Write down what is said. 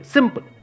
Simple